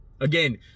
Again